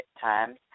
times